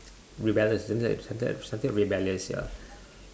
rebellious isn't that something something like rebellious ya